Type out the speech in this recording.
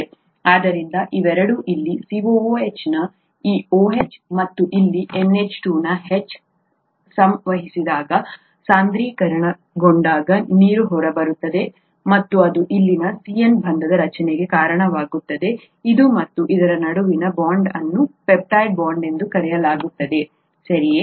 ಆದ್ದರಿಂದ ಇವೆರಡೂ ಇಲ್ಲಿ COOH ನ ಈ OH ಮತ್ತು ಇಲ್ಲಿ NH2 ನ ಈ H ಸಂವಹಿಸಿದಾಗ ಸಾಂದ್ರೀಕರಣಗೊಂಡಾಗ ನೀರು ಹೊರಬರುತ್ತದೆ ಮತ್ತು ಅದು ಇಲ್ಲಿ CN ಬಂಧದ ರಚನೆಗೆ ಕಾರಣವಾಗುತ್ತದೆ ಇದು ಮತ್ತು ಇದರ ನಡುವಿನ ಬಾಂಡ್ ಅನ್ನು ಪೆಪ್ಟೈಡ್ ಬಾಂಡ್ ಎಂದು ಕರೆಯಲಾಗುತ್ತದೆ ಸರಿಯೇ